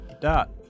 dot